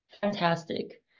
Fantastic